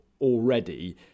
already